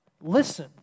Listen